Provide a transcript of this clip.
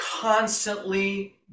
constantly